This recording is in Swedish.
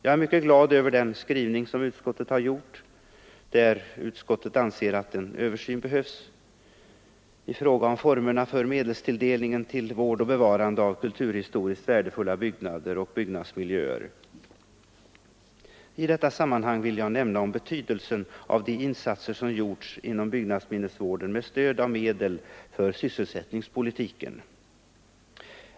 Jag är mycket glad över den skrivning som utskottet har gjort, där utskottet anser att en översyn behövs i fråga om formerna för medelstilldelningen till vård och bevarande av kulturhistoriskt värdefulla byggnader och byggnadsmiljöer. I detta sammanhang vill jag nämna betydelsen av de insatser som gjorts inom byggnadsminnesvården med stöd av medel för sysselsättningspolitiken.